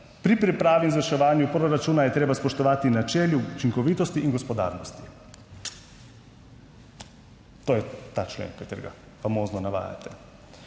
pri pripravi in izvrševanju proračuna je treba spoštovati načelo učinkovitosti in gospodarnosti. To je ta člen, katerega famozno navajate.